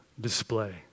display